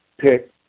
pick